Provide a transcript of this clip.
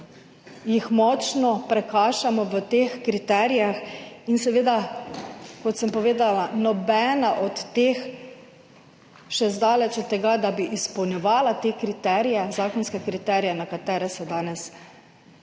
res močno prekašamo v teh kriterijih in, seveda, kot sem povedala, nobena od teh še zdaleč ne izpolnjuje teh kriterijev, zakonskih kriterijev, na katere se danes